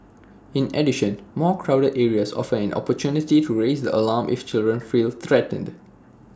in addition more crowded areas offer an opportunity to raise the alarm if children feel threatened